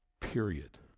period